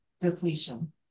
depletion